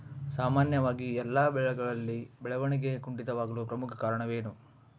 ಸಾಮಾನ್ಯವಾಗಿ ಎಲ್ಲ ಬೆಳೆಗಳಲ್ಲಿ ಬೆಳವಣಿಗೆ ಕುಂಠಿತವಾಗಲು ಪ್ರಮುಖ ಕಾರಣವೇನು?